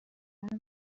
قدم